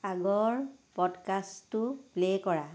আগৰ পডকাষ্টটো প্লে' কৰা